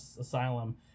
asylum